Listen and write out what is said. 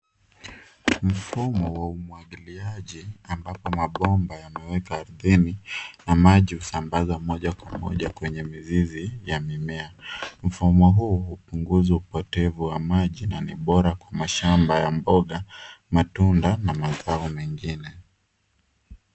Mfumo ya umwagiliaji ambapo mabomba yamewekwa ardhini na maji husambaza moja kwa moja kwenye mizizi ya mimea. Mfumo huu hupunguza upotevu wa maji na ni bora kwa mashamba ya mboga, matunda na mazao mengine.